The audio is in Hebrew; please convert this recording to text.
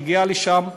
שהגיעה לשם,